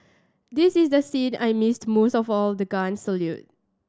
this is the scene I missed most of all the guns salute